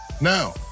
Now